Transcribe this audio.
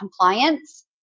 compliance